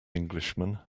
englishman